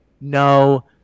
no